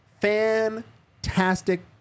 fantastic